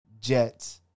Jets